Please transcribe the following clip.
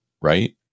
right